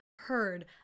heard